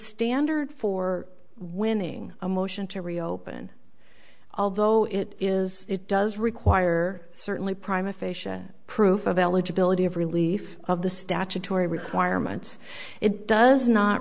standard for winning a motion to reopen although it is it does require certainly prime a facia proof of eligibility of relief of the statutory requirements it does not